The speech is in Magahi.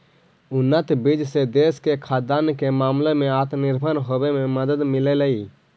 उन्नत बीज से देश के खाद्यान्न के मामले में आत्मनिर्भर होवे में मदद मिललई